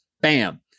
bam